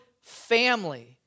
family